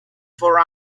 for